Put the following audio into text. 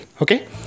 Okay